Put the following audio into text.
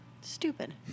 Stupid